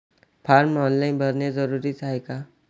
Form online भरने जरुरीचे हाय का?